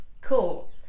Cool